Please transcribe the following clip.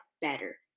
better